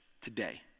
today